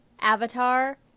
avatar